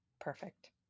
Perfect